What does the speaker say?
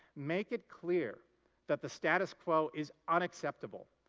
make it clear that the status quo is unacceptable.